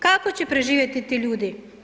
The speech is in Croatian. Kako će preživjeti ti ljudi?